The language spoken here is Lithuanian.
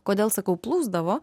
kodėl sakau plūsdavo